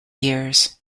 years